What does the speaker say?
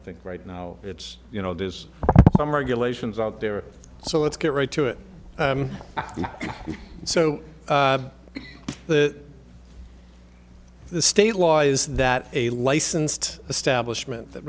think right now it's you know there is some regulations out there so let's get right to it so that the state law is that a licensed establishment